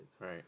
Right